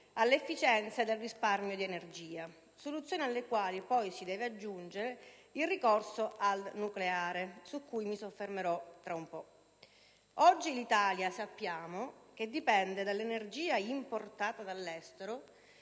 all'efficienza ed al risparmio di energia; soluzioni alle quali si deve aggiungere il ricorso al nucleare, su cui mi soffermerò tra un po'. Oggi sappiamo che l'Italia dipende dall'energia importata dall'estero